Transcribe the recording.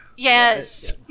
Yes